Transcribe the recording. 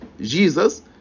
Jesus